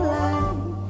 light